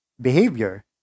behavior